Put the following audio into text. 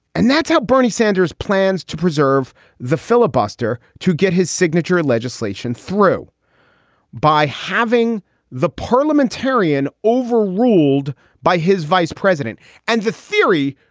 and that's how bernie sanders plans to preserve the filibuster to get his signature legislation through by having the parliamentarian overruled by his vice president and the theory.